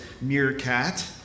meerkat